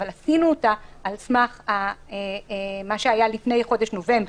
אבל עשינו אותה על סמך מה שהיה לפני חודש נובמבר,